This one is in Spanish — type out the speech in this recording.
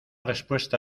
respuesta